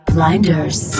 Blinders